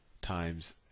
times